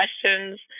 questions